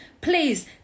please